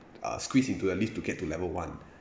uh squeezed into the lift to get to level one